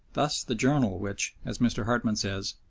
thus the journal which, as mr. hartmann says,